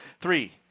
Three